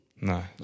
No